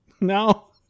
No